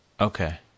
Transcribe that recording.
Okay